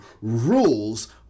rules